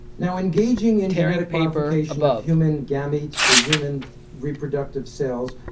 now, engaging in genetic modification of human gametes, the human reproductive cells,